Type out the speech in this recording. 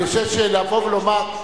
אני חושב שלבוא ולומר,